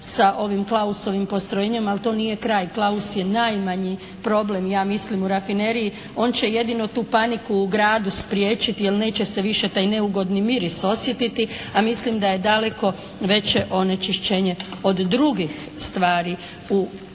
sa ovim klausovim postrojenjem, ali to nije kraj. Klaus je najmanji problem ja mislim u rafineriji. On će jedino tu paniku u gradu spriječiti jer neće se više taj neugodni miris osjetiti, a mislim da je daleko veće onečišćenje od drugih stvari kad je